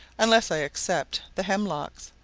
unless i except the hemlocks,